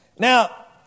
Now